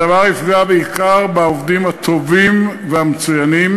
הדבר יפגע בעיקר בעובדים הטובים והמצוינים